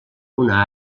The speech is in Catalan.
una